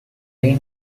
lane